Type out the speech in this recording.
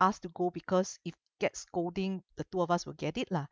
asked to go because if get scolding the two of us will get it lah